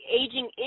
aging